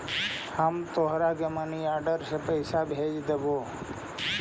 हम तोरा money order से पइसा भेज देबो